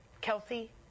Kelsey